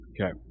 Okay